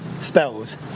spells